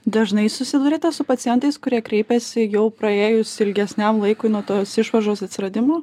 dažnai susiduriate su pacientais kurie kreipiasi jau praėjus ilgesniam laikui nuo tos išvaržos atsiradimo